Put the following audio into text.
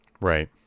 Right